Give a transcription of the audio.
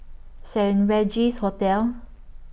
Saint Regis Hotel